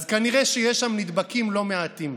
אז כנראה שיש שם נדבקים לא מעטים.